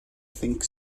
think